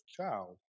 child